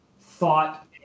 thought